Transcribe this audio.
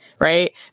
Right